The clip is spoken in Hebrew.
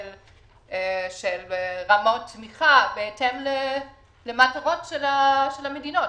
רמות תמיכה בהתאם למטרות של המדינות,